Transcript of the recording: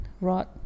rot